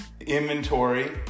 inventory